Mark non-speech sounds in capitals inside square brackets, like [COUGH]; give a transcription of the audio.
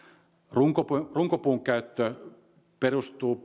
runkopuun runkopuun käyttö perustuu [UNINTELLIGIBLE]